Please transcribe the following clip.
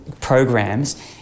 programs